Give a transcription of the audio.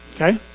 Okay